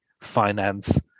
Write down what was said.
finance